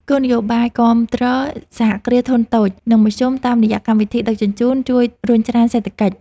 គោលនយោបាយគាំទ្រសហគ្រាសធុនតូច និងមធ្យមតាមរយៈកម្មវិធីដឹកជញ្ជូនជួយរុញច្រានសេដ្ឋកិច្ច។